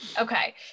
Okay